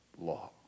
law